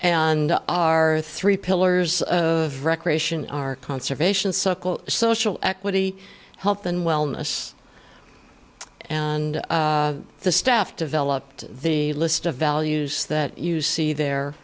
and our three pillars of recreation are conservation suckle social equity health and wellness and the staff developed the list of values that you see there